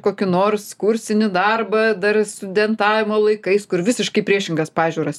kokį nors kursinį darbą dar studentavimo laikais kur visiškai priešingas pažiūras